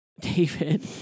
David